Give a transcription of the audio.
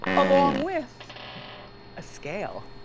along with a scale.